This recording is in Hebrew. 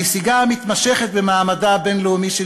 הנסיגה המתמשכת במעמדה הבין-לאומי של